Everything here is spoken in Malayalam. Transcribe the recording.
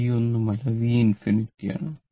v ഒന്നുമല്ല v ∞ ആണ്